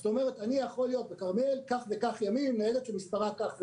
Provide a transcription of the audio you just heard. זאת אומרת: אני יכול להיות בכרמיאל כך וכך ימים עם ניידת שמספרה כך וכך.